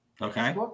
Okay